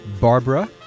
Barbara